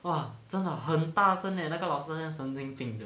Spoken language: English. !wah! 真的很大声 leh 那个老师神经病的